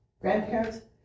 grandparents